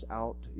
out